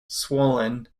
swollen